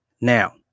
now